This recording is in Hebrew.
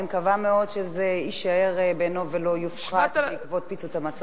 אני מקווה מאוד שזה יישאר בעינו ולא יופחת בעקבות פיצוץ המשא-ומתן.